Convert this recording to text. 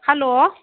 hello